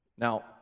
Now